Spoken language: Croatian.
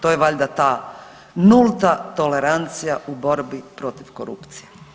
To je valjda ta nulta tolerancija u borbi protiv korupcije.